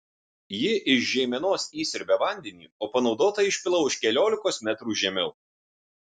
ji iš žeimenos įsiurbia vandenį o panaudotą išpila už keliolikos metrų žemiau